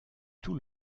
tout